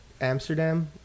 Amsterdam